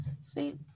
See